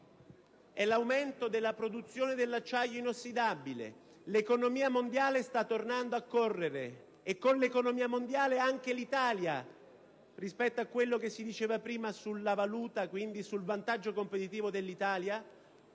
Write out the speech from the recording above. è l'aumento della produzione dell'acciaio inossidabile. L'economia mondiale sta tornando a correre, e con essa anche l'Italia. Rispetto a quanto dicevo poc'anzi sulla valuta e sul vantaggio competitivo dell'Italia,